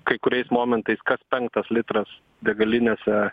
kai kuriais momentais kas penktas litras degalinėse